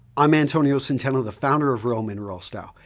i'm antonio centeno, the founder of real men real style.